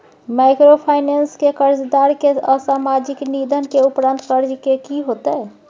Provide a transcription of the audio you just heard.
Microfinance के कर्जदार के असामयिक निधन के उपरांत कर्ज के की होतै?